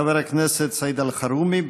חבר הכנסת סעיד אלחרומי.